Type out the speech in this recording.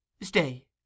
Stay